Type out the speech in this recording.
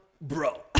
Bro